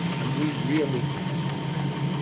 and we really have to do better.